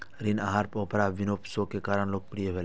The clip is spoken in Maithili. ऋण आहार ओपरा विनफ्रे शो के कारण लोकप्रिय भेलै